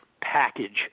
package